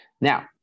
Now